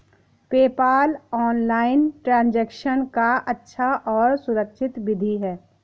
PayPal online transaction का अच्छा और सुरक्षित विधि है